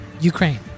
Ukraine